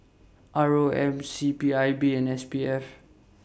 R O M C P I B and S P F